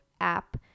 app